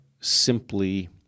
simply